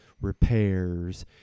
repairs